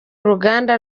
uruganda